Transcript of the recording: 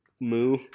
Moo